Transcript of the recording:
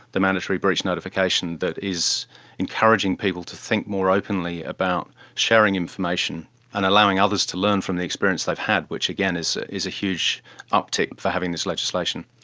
the mandatory breach notification, that is encouraging people to think more openly about sharing information and allowing others to learn from the experience they've had, which again is is a huge uptick for having this legislation.